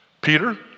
Peter